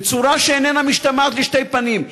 בצורה שאיננה משתמעת לשתי פנים,